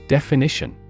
Definition